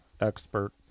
expert